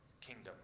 kingdom